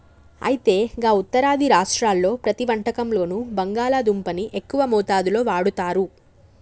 అయితే గా ఉత్తరాది రాష్ట్రాల్లో ప్రతి వంటకంలోనూ బంగాళాదుంపని ఎక్కువ మోతాదులో వాడుతారు